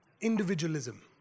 Individualism